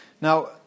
Now